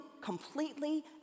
completely